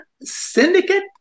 syndicate